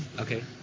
Okay